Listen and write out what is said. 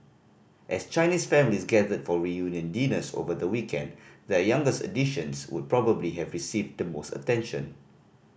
as Chinese families gathered for reunion dinners over the weekend their youngest additions would probably have received the most attention